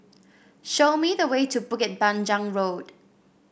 show me the way to Bukit Panjang Road